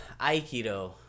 Aikido